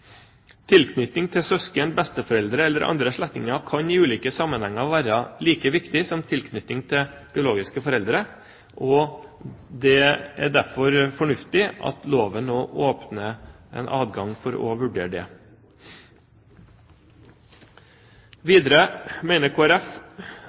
Tilknytning til søsken, besteforeldre eller andre slektninger kan i ulike sammenhenger være like viktig som tilknytning til biologiske foreldre, og det er derfor fornuftig at det i loven nå åpnes adgang for å vurdere det.